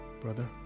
brother